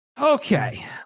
okay